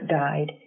died